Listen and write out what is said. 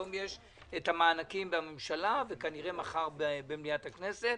היום יש את המענקים בממשלה וכנראה מחר במליאת הכנסת.